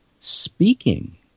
speaking